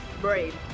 Brave